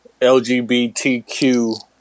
LGBTQ